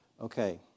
Okay